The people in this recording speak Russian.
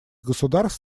государств